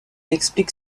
explique